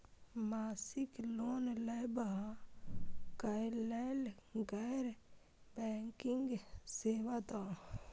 मासिक लोन लैवा कै लैल गैर बैंकिंग सेवा द?